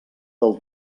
del